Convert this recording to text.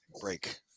break